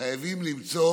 חייבים למצוא